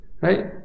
Right